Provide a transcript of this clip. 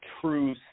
true